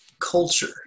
culture